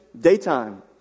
Daytime